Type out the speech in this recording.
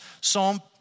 Psalm